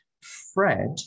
Fred